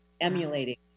emulating